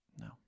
No